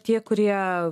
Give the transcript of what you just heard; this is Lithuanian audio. tie kurie